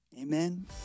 Amen